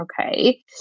okay